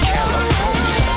California